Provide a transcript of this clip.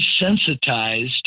desensitized